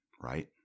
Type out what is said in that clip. right